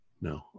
No